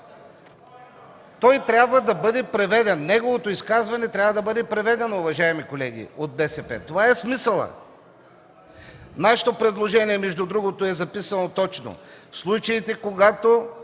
Той трябва да бъде преведен... Неговото изказване трябва да бъде преведено, уважаеми колеги от БСП. Това е смисълът. Нашето предложение между другото е записано точно: в случаите, когато